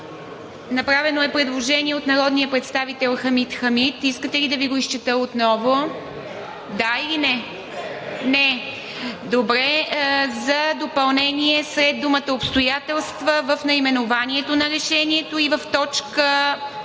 Направено е предложение от народния представител Хамид Хамид. Искате ли да Ви го изчета отново? Да или не? Не. Предложението е за допълнение след думата „обстоятелства“ в наименованието на решението и преди т.